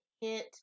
hit